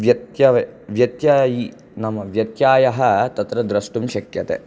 व्यक्त्यव् व्यक्त्यायि नाम व्यक्तयः तत्र द्रष्टुं शक्यते